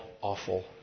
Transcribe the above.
awful